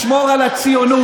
לשמור על הציונות,